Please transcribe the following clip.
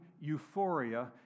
euphoria